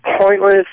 pointless